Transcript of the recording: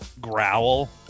growl